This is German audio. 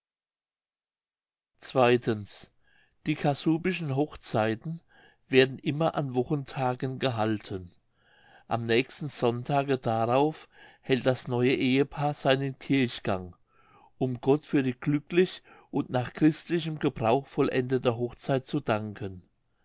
die kassubischen hochzeiten werden immer an wochentagen gehalten am nächsten sonntage darauf hält das neue ehepaar seinen kirchgang um gott für die glücklich und nach christlichem gebrauch vollendete hochzeit zu danken